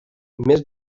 més